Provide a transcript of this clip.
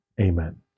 Amen